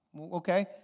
okay